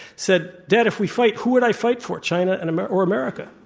said dad if we fight, who would i fight for, china and um or or america?